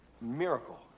miracle